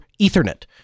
Ethernet